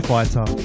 Fighter